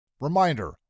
Reminder